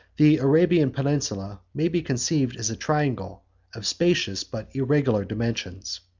the arabian peninsula may be conceived as a triangle of spacious but irregular dimensions.